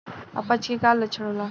अपच के का लक्षण होला?